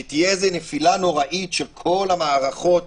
שתהיה נפילה נוראית של כל המערכות